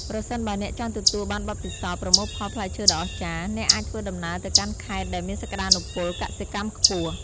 ប្រសិនបើអ្នកចង់ទទួលបានបទពិសោធន៍ប្រមូលផលផ្លែឈើដ៏អស្ចារ្យ អ្នកអាចធ្វើដំណើរទៅកាន់ខេត្តដែលមានសក្តានុពលកសិកម្មខ្ពស់។